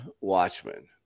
Watchmen